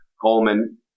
Coleman